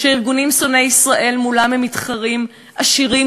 שהארגונים שונאי ישראל שמולם הם מתחרים עשירים,